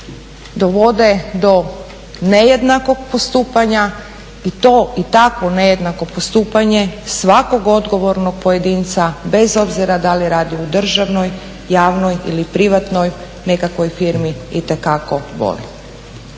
dovode do nejednakog postupanja i to i takvo nejednako postupanje svakog odgovornog pojedinca bez obzira da li radi u državnoj, javnoj ili privatnoj nekakvoj firmi itekako boli.